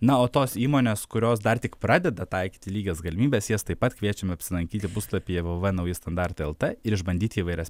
na o tos įmonės kurios dar tik pradeda taikyti lygias galimybes jas taip pat kviečiame apsilankyti puslapyje v v v nauji standartai el t ir išbandyti įvairias